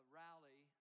rally